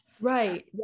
Right